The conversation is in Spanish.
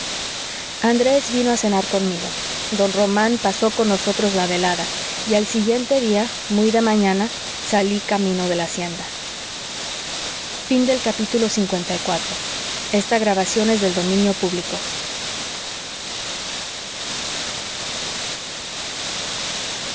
andrés vino a cenar conmigo don román pasó con nosotros la velada y al siguiente día muy de mañana salí camino de la hacienda lv gracias a